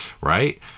Right